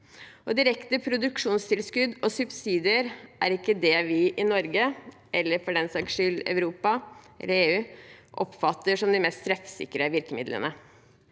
direkte produksjonstilskudd og subsidier er ikke det vi i Norge eller for den saks skyld Europa eller EU oppfatter som de mest treffsikre virkemidlene.